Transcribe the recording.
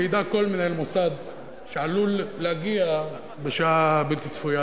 וידע כל מנהל מוסד שעלול להגיע בשעה בלתי צפויה